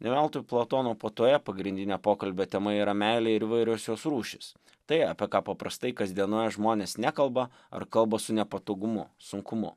ne veltui platono puotoje pagrindinė pokalbio tema yra meilė ir įvairios jos rūšys tai apie ką paprastai kasdienoje žmonės nekalba ar kalba su nepatogumu sunkumu